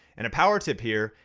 and a power tip here,